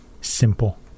simple